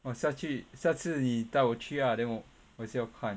!wah! 下去下次你带我去 ah then 我我也是要看